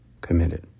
committed